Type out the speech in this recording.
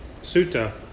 sutta